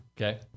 Okay